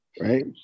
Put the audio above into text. right